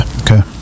okay